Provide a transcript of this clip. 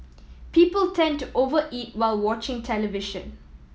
people tend to over eat while watching television